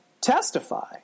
testify